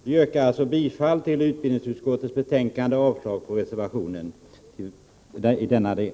Vi yrkar alltså bifall till utbildningsutskottets hemställan och avslag på reservationen i denna del.